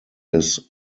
his